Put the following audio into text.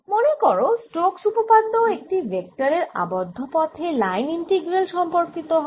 মনে করো স্টোক্স উপপাদ্য একটি ভেক্টরের আবদ্ধ পথে লাইন ইন্টিগ্রাল সম্পর্কিত হয়